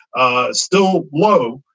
ah still low,